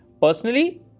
Personally